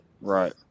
Right